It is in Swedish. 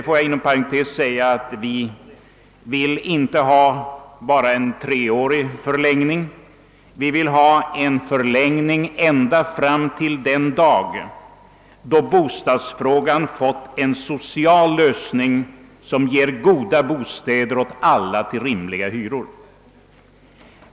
Låt mig inom parentes säga att vi inte bara vill åstadkomma en treårig förlängning; vi vill ha en förlängning ända fram till den dag då bostadsfrågan fått en social lösning som ger goda bostäder åt alla till rimliga hyreskostnader.